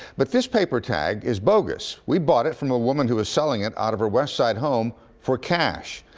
but this paper tag is bogus. we bought it from a woman who was selling it out of her west side home for cash.